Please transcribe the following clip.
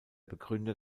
begründer